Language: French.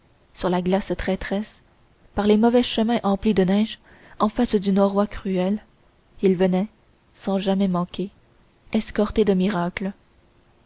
sur la glace traîtresse par les mauvais chemins emplis de neige en face du norouâ cruel il venait sans jamais manquer escorté de miracles